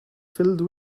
filled